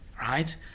right